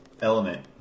element